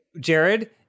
Jared